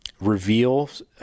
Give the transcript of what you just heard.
Reveals